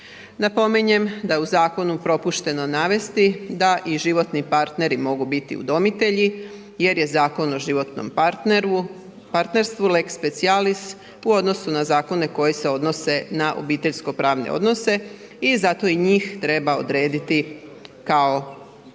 Napominjem da je u zakonu propušteno navesti da i životni partneri mogu biti udomitelji jer je Zakon o životnom partnerstvu lex specialis u odnosu na zakone koji se odnose na obiteljsko-pravne odnose i zato i njih treba odrediti kao udomitelje.